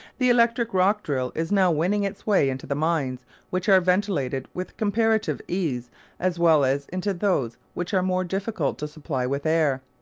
the electric rock-drill is now winning its way into the mines which are ventilated with comparative ease as well as into those which are more difficult to supply with air.